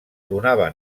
donava